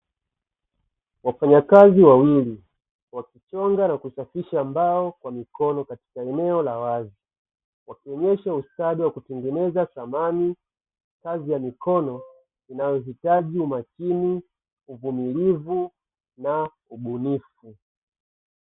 Wafanya kazi wawili wakichonga na kusafisha mbao kwa mikono katika eneo la wazi, Wakionyesha ustadi wakutengeneza samanini kazi ya mikono inayo hitaji umakini, uvumilivu na ubunifu.